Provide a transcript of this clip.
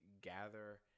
gather